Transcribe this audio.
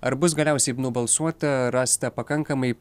ar bus galiausiai nubalsuota rasta pakankamai